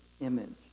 image